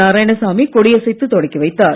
நாராயணசாமி கொடி அசைத்து தொடக்கி வைத்தார்